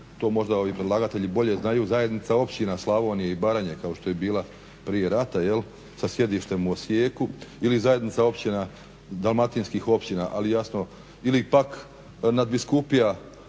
to možda ovi predlagatelji bolje znaju, zajednica općina Slavonije i Baranje kao što je bila prije rata jel' sa sjedištem u Osijeku ili zajednica dalmatinskih općina ili pak nadbiskupija